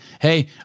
Hey